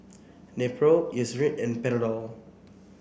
Nepro Eucerin and Panadol